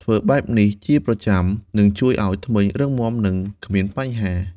ធ្វើបែបនេះជាប្រចាំ នឹងជួយឲ្យធ្មេញរឹងមាំ និងគ្មានបញ្ហា។